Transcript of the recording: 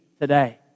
today